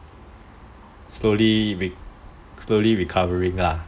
slowly slowly recovering lah